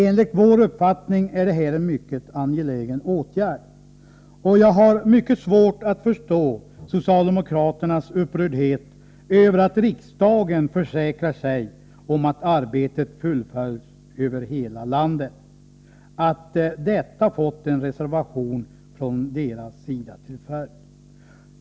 Enligt vår uppfattning är det här en mycket angelägen åtgärd, och jag har mycket svårt att förstå att socialdemokraterna blir så upprörda över att riksdagen försäkrar sig om att arbetet fullföljs över hela landet, att detta fått en reservation från deras sida till följd.